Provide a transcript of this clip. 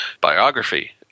biography